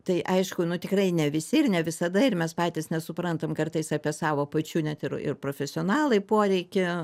tai aišku tikrai ne visi ir ne visada ir mes patys nesuprantam kartais apie savo pačių net ir ir profesionalai poreikį